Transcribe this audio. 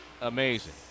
amazing